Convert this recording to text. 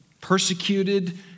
Persecuted